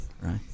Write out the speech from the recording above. Right